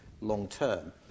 long-term